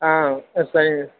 ஆ